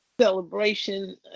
celebration